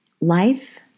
Life